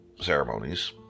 ceremonies